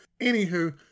anywho